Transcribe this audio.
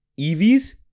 EVs